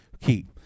key